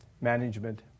management